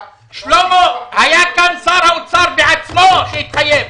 שלמה, היה כאן שר האוצר בעצמו, שהתחייב.